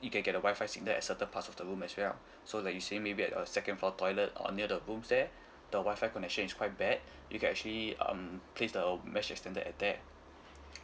you can get a Wi-Fi signal at certain parts of the room as well so like you saying maybe at uh second floor toilet or near the rooms there the Wi-Fi connection is quite bad you can actually um place the mesh extender at there